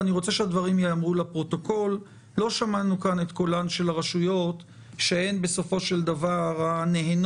לא שמענו כאן את קולן של הרשויות שהן בסופו של דבר הנהנות